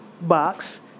Box